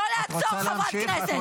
לא לעצור חברת כנסת.